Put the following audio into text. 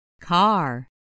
Car